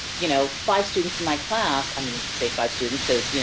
you know five students in my class. i mean, say five students cause, yeah